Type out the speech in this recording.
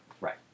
Right